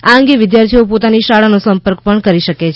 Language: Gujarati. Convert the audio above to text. આ અંગે વિદ્યાર્થીઓ પોતાની શાળાનો સંપર્ક પણ કરી શકે છે